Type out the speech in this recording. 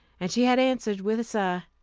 and she had answered with a sigh,